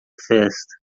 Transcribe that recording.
festa